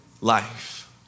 life